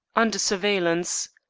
under surveillance.